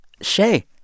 shay